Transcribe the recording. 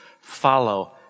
follow